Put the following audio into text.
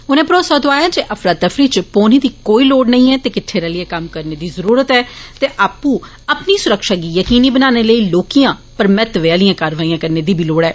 उने भरोसा दोआया ऐ जे अफरा तफरी इच पौने दी कोई लोड़ नेंई ऐ ते किट्ठे रलिए कम्म करने दी ज़रूरत ऐ ते आपू अपनी सुरक्षा गी यकीनी बनाने लेई लौह्कियां पर महत्वै आलियां कारवाइयां करने दी बी लोड़ ऐ